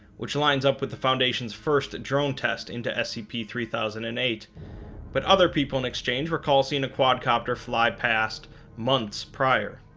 which lines up with the foundation's first drone tests into scp three thousand and eight but other people in exchange recall seeing a quad-copter fly past months prior